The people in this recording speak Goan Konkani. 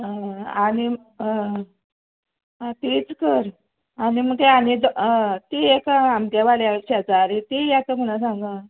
आनी आनी आं तीच कर आनी म्हुगे आनी आ ती एक आमगे वाड्या वयली शेजारी ती येता म्हुणो सांग